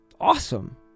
awesome